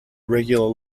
regular